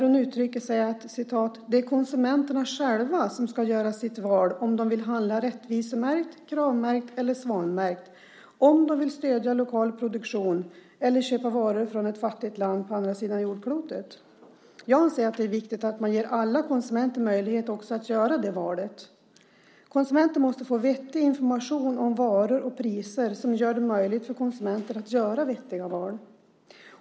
Hon uttryckte att det är konsumenterna själva som ska göra sitt val, om de vill handla rättvisemärkt, Kravmärkt eller svanmärkt, om de vill stödja lokal produktion eller köpa varor från ett fattigt land på andra sidan jordklotet. Jag anser att det är viktigt att man ger alla konsumenter möjlighet att också göra det valet. Konsumenten måste få vettig information om varor och priser som gör det möjligt för konsumenten att göra vettiga val.